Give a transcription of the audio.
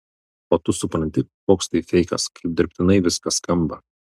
o tu supranti koks tai feikas kaip dirbtinai viskas skamba